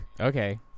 Okay